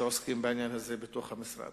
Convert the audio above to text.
שעוסקים בעניין הזה בתוך המשרד,